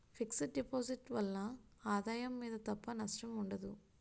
fix deposit ల వలన ఆదాయం మీద తప్ప నష్టం ఉండదు